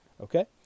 okay